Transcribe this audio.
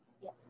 yes